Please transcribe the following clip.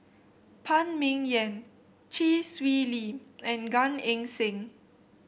Phan Ming Yen Chee Swee Lee and Gan Eng Seng